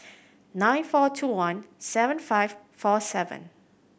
nine four two one seven five four seven